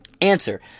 Answer